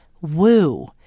woo